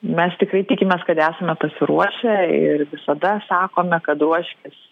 mes tikrai tikimės kad esame pasiruošę ir visada sakome kad ruoškis